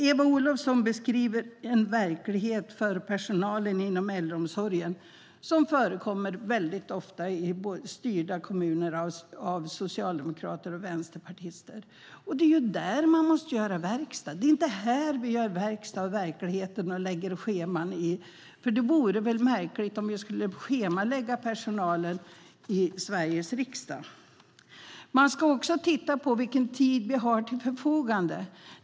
Eva Olofsson beskriver en verklighet för personalen inom äldreomsorgen som förekommer väldigt ofta i kommuner styrda av socialdemokrater och vänsterpartister. Det är där man måste göra verkstad. Det är inte här i riksdagen vi gör verkstad i verkligheten och lägger scheman. Det vore märkligt om vi i Sveriges riksdag skulle schemalägga personalen. Man ska också titta på vilken tid vi har till förfogande.